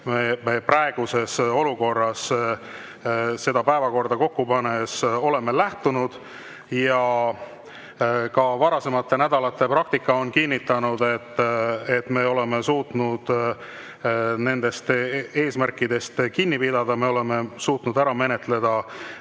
me praeguses olukorras seda päevakorda kokku pannes oleme lähtunud. Ka varasemate nädalate praktika on kinnitanud, et me oleme suutnud nendest eesmärkidest kinni pidada. Me oleme suutnud ära menetleda